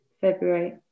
february